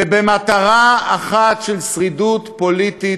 ובמטרה אחת, של שרידות פוליטית,